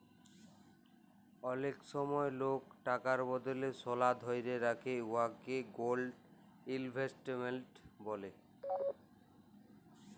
অলেক সময় লক টাকার বদলে সলা ধ্যইরে রাখে উয়াকে গোল্ড ইলভেস্টমেল্ট ব্যলে